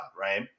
Right